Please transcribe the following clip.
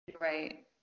Right